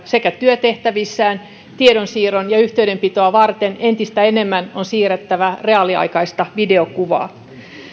työtehtävissään tiedonsiirtoa ja yhteydenpitoa varten entistä enemmän on siirrettävä reaaliaikaista videokuvaa